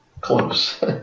Close